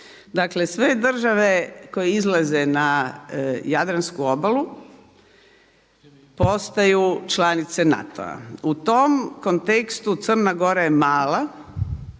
dakle sve države koje izlaze na jadransku obalu postaju članice NATO-a. U tom kontekstu Crna Gora je mala,